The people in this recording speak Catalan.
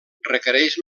requereix